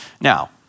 Now